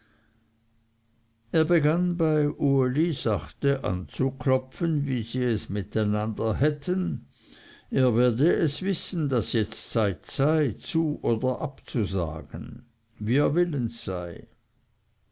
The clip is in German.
bei uli sachte anzuklopfen wie sie es mit einander hätten er werde es wissen daß es jetzt zeit sei zu oder abzusagen wie er willens sei